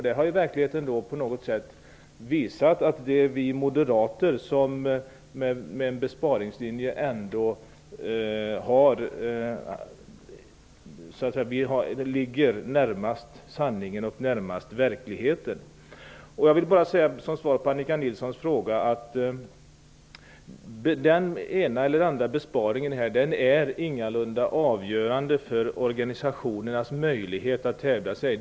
Där har verkligheten på något sätt visat att det är vi moderater som ligger närmast sanningen och närmast verkligheten med vår besparingslinje. Som svar på Annika Nilssons fråga vill jag säga att den ena eller andra besparingen ingalunda är avgörande för organisationernas möjlighet att hävda sig.